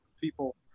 people